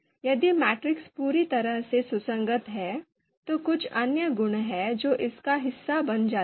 यदि मैट्रिक्स पूरी तरह से सुसंगत है तो कुछ अन्य गुण हैं जो इसका हिस्सा बन जाते हैं